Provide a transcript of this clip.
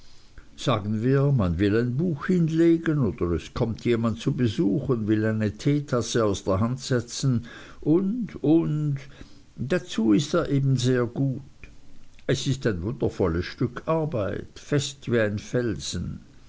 sagen wir man will ein buch hinlegen oder es kommt jemand zu besuch und will eine teetasse aus der hand setzen und und dazu ist er eben sehr gut es ist ein wundervolles stück arbeit fest wie ein felsen